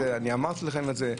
אמרתי לכם את זה.